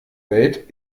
welt